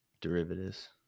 derivatives